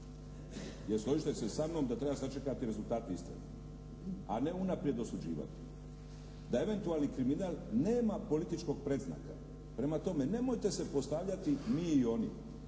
jel' složit ćete se sa mnom da treba sačekati rezultate istrage, a ne unaprijed osuđivati, da eventualni kriminal nema političkog predznaka. Prema tome nemojte se postavljati mi i oni